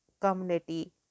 community